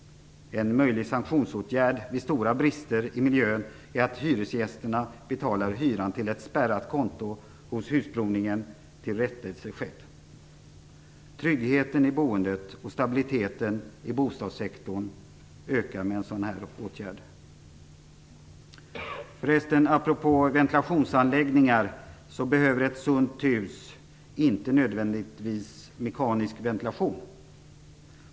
En möjlig sanktionsåtgärd vid stora brister i miljön är att hyresgästerna betalar hyran till ett spärrat konto hos husprovningen tills rättelse skett. Tryggheten i boendet och stabiliteten i bostadssektorn ökar med en sådan åtgärd. Apropå ventilationsanläggningar behöver ett sunt hus inte nödvändigtvis mekanisk ventilation.